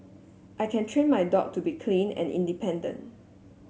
I can train my dog to be clean and independent